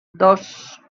dos